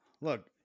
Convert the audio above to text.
Look